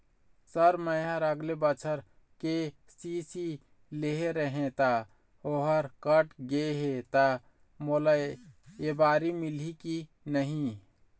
Sir मेहर अगले बछर के.सी.सी लेहे रहें ता ओहर कट गे हे ता मोला एबारी मिलही की नहीं?